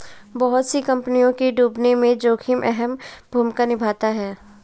बहुत सी कम्पनियों के डूबने में जोखिम अहम भूमिका निभाता है